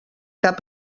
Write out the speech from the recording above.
cap